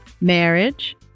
marriage